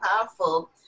powerful